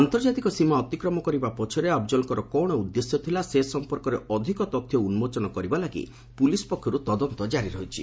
ଆନ୍ତର୍ଜାତିକ ସୀମା ଅତିକ୍ରମ କରିବା ପଛରେ ଅଫଜଲଙ୍କର କ'ଣ ଉଦ୍ଦେଶ୍ୟ ଥିଲା ସେ ସମ୍ପର୍କରେ ଅଧିକ ତଥ୍ୟ ଉନ୍କୋଚନ କରିବା ଲାଗି ପୁଲିସ୍ ପକ୍ଷରୁ ତଦନ୍ତ ଜାରି ରହିଛି